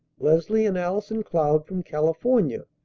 leslie and allison cloud from california.